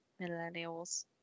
millennials